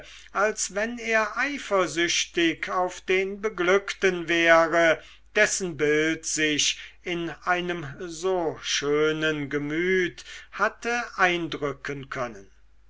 als wenn er eifersüchtig auf den beglückten wäre dessen bild sich in einem so schönen gemüt hatte eindrücken können